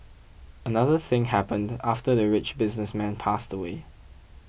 another thing happened after the rich businessman passed away